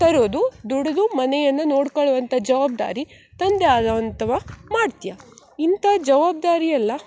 ತರುವುದು ದುಡಿದು ಮನೆಯನ್ನು ನೋಡ್ಕಳ್ಳುವಂಥ ಜವಾಬ್ದಾರಿ ತಂದೆ ಆದವಂಥವ ಮಾಡ್ತ್ಯ ಇಂಥ ಜವಾಬ್ದಾರಿ ಎಲ್ಲ